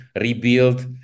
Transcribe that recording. rebuild